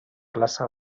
plaça